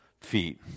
feet